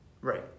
Right